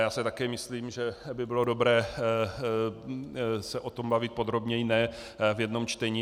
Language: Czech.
Já si také myslím, že by bylo dobré se o tom bavit podrobněji, ne v jednom čtení.